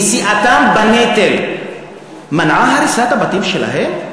נשיאתם בנטל מנעה את הריסת הבתים שלהם?